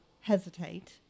hesitate